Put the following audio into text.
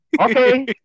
Okay